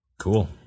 Cool